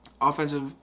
Offensive